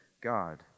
God